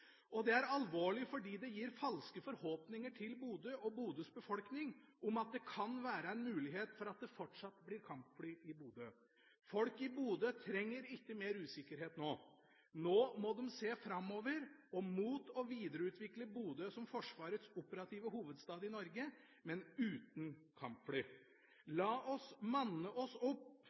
parti. Det er alvorlig, fordi det gir falske forhåpninger til Bodø og Bodøs befolkning om at det kan være en mulighet for at det fortsatt blir kampfly i Bodø. Folk i Bodø trenger ikke mer usikkerhet nå. Nå må de se framover og mot å videreutvikle Bodø som Forsvarets operative hovedstad i Norge – uten kampfly. La oss manne oss opp